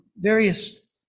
various